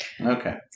Okay